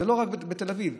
לא רק בתל אביב,